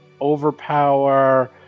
Overpower